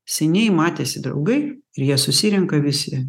seniai matėsi draugai ir jie susirenka visi